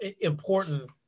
important